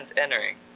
entering